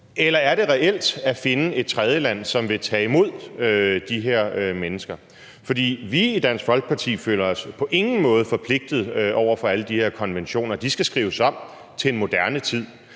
eller er det reelt at finde et tredjeland, som vil tage imod de her mennesker? For vi i Dansk Folkeparti føler os på ingen måde forpligtet over for alle de her konventioner. De skal skrives om til en moderne tid.